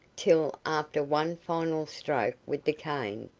till, after one final stroke with the cane,